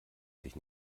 sich